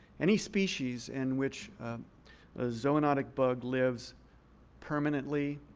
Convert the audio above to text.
any species in which a zoonotic bug lives permanently,